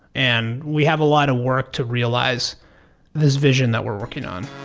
and we have a lot of work to realize this vision that we're working on.